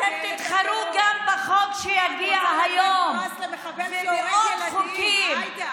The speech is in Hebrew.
את רוצה לתת פרס למחבל שהורג ילדים.